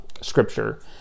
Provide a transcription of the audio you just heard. scripture